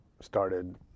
started